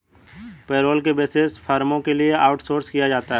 payroll को विशेष फर्मों के लिए आउटसोर्स किया जाता है